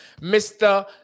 Mr